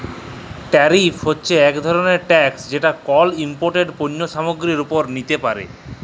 তারিফ হছে ইক ধরলের ট্যাকস যেট কল ইমপোর্টেড পল্য সামগ্গিরির উপর লিতে পারে